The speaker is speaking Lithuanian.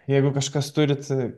jeigu kažkas turit